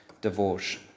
divorce